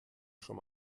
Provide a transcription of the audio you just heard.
schon